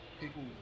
people